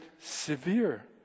severe